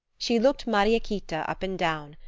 she looked mariequita up and down,